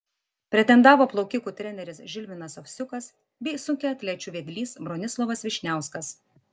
pretendavo plaukikų treneris žilvinas ovsiukas bei sunkiaatlečių vedlys bronislovas vyšniauskas